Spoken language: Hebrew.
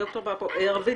רוית,